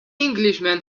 englishman